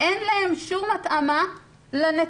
אין להם שום התאמה לנתונים.